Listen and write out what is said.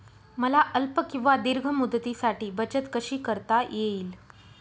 मला अल्प किंवा दीर्घ मुदतीसाठी बचत कशी करता येईल?